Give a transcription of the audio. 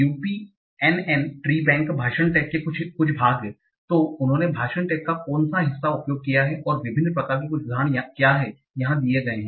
UPenn treebank भाषण tag के कुछ भाग हैं तो उन्होंने भाषण टैग का कोनसा हिस्सा उपयोग किया हैं और विभिन्न प्रकार के कुछ उदाहरण क्या हैं यहां दिए गए हैं